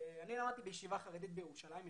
אני למדתי בישיבה חרדית בירושלים,